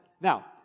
Now